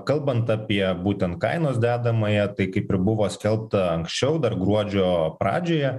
kalbant apie būtent kainos dedamąją tai kaip ir buvo skelbta anksčiau dar gruodžio pradžioje